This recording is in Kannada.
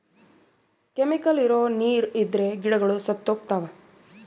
ಕೆಮಿಕಲ್ ಇರೋ ನೀರ್ ಇದ್ರೆ ಗಿಡಗಳು ಸತ್ತೋಗ್ತವ